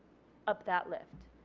up that lift.